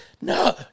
No